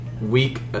week